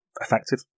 effective